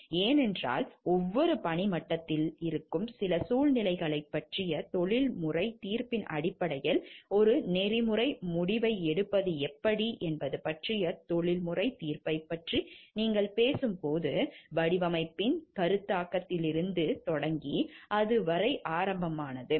ஏனென்றால் ஒவ்வொரு பணி மட்டத்திலும் இருக்கும் சில சூழ்நிலைகளைப் பற்றிய தொழில்முறை தீர்ப்பின் அடிப்படையில் ஒரு நெறிமுறை முடிவை எடுப்பது எப்படி என்பது பற்றிய தொழில்முறை தீர்ப்பைப் பற்றி நீங்கள் பேசும்போது வடிவமைப்பின் கருத்தாக்கத்திலிருந்து தொடங்கி அது வரை ஆரம்பமானது